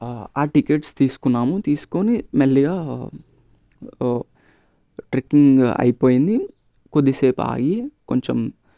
ఆ టికెట్స్ తీసుకున్నాం మెల్లిగా ట్రెక్కింగ్ అయిపోయింది కొద్దిసేపు ఆగి కొంచెం